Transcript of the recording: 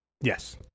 Yes